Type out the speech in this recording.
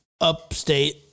upstate